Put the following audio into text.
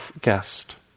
guest